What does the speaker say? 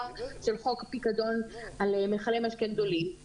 של חוק הפיקדון על מיכלי משקה גדולים,